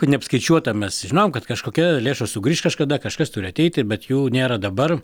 kad neapskaičiuota mes žinojom kad kažkokia lėšos sugrįš kažkada kažkas turi ateiti bet jų nėra dabar